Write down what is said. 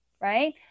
Right